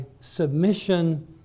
submission